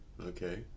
Okay